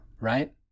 right